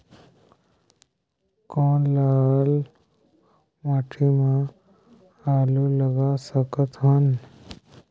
कौन लाल माटी म आलू लगा सकत हन?